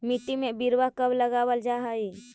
मिट्टी में बिरवा कब लगावल जा हई?